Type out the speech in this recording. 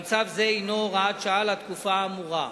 גם צו זה הינו הוראת שעה לתקופה האמורה.